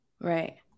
Right